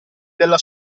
della